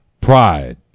pride